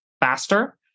faster